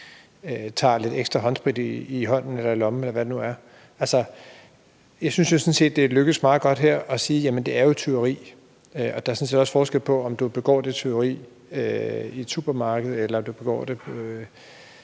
tager lidt ekstra håndsprit i hånden eller i lommen, eller hvad det nu er? Jeg synes sådan set, det er lykkedes meget godt her at sige, at det jo er tyveri. Der er sådan set også forskel på, om du begår det tyveri i et supermarked eller du begår det